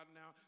now